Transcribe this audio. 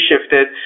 shifted